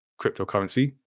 cryptocurrency